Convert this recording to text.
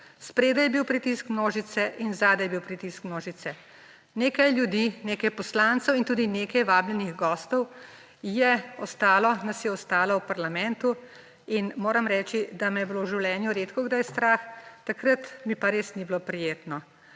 Spredaj je bil pritisk množice in zadaj je bil pritisk množice. Nekaj ljudi, nekaj poslancev in tudi nekaj vabljenih gostov je ostalo, nas je ostalo v parlamentu. In moram reči, da me je bilo v življenju redkokdaj strah, takrat mi pa res ni bilo prijetno,